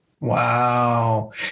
wow